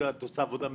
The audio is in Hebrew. את עושה עבודה מבורכת,